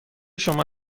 شما